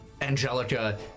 Angelica